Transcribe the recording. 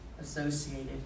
Associated